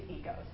egos